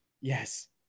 Yes